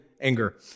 anger